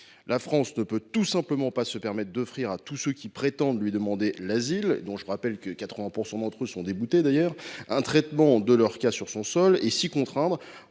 La France ne peut tout simplement pas se permettre d’offrir à tous ceux qui prétendent lui demander l’asile – je rappelle du reste que 80 % d’entre eux sont déboutés – un traitement de leur cas sur son sol. S’y contraindre